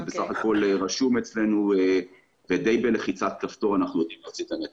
זה רשום אצלנו ובלחיצת כפתור אנחנו יודעים להוציא את הנתונים.